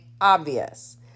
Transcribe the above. obvious